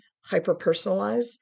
hyper-personalize